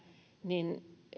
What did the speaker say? niin